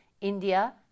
India